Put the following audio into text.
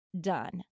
done